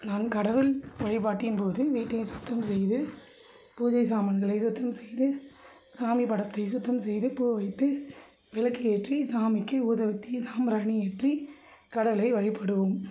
நான் கடவுள் வழிபாட்டின் போது வீட்டை சுத்தம்செய்து பூஜை சாமான்களை சுத்தம் செய்து சாமி படத்தை சுத்தம் செய்து பூவு வைத்து விளக்கு ஏற்றி சாமிக்கு ஊதுவத்தி சாம்ராணி ஏற்றி கடவுளை வழிபடுவோம்